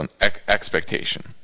expectation